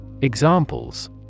Examples